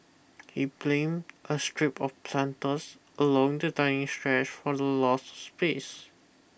he blame a strip of planters along the dining stretch for the loss of space